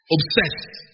Obsessed